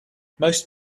most